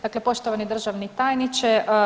Dakle poštovani državni tajniče.